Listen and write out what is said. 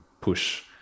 push